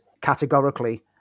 categorically